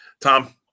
Tom